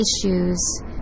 issues